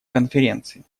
конференции